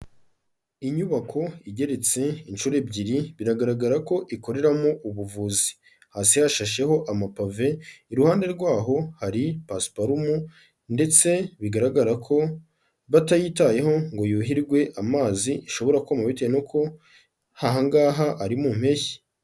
Inyubako igeretse inshuro ebyiri biragaragara ko ikoreramo ubuvuzi, hasi yashasheho amapave, iruhande rwaho hari pasiparumu ndetse bigaragara ko batayitayeho ngo yuhirwe amazi ishobora kuma bitewe aha ngaha ari mu mpeshyi.